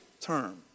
term